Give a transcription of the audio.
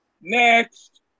Next